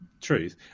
truth